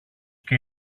και